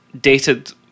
dated